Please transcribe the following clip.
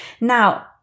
Now